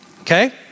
okay